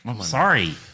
Sorry